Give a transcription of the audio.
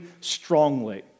strongly